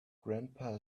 grandpa